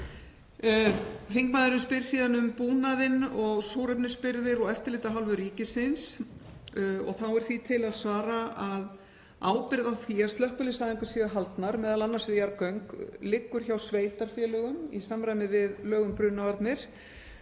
Þingmaðurinn spyr síðan um búnaðinn og súrefnisbirgðir og eftirlit af hálfu ríkisins. Þá er því til að svara að ábyrgð á því að slökkviliðsæfingar séu haldnar, m.a. við jarðgöng, liggur hjá sveitarfélögum í samræmi við lög um brunavarnir.